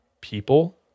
people